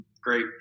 great